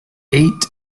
eight